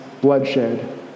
bloodshed